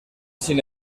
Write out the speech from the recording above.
sin